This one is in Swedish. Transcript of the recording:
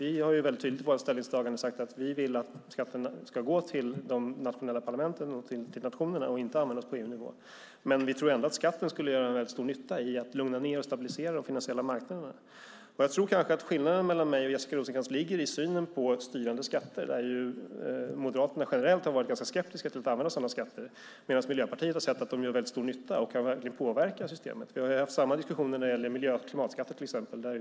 I vårt ställningstagande har vi mycket tydligt sagt att vi vill att skatten ska gå till de nationella parlamenten och nationerna och inte användas på EU-nivå. Men vi tror ändå att skatten skulle göra stor nytta genom att lugna ned och stabilisera de finansiella marknaderna. Jag tror kanske att skillnaden mellan mig och Jessica Rosencrantz ligger i synen på styrande skatter. Moderaterna har generellt varit ganska skeptiska till att använda sådana skatter medan Miljöpartiet har sett att de gör stor nytta och verkligen kan påverka systemet. Vi har haft samma diskussioner när det gäller miljö och klimatskatter, till exempel.